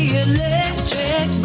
electric